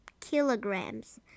kilograms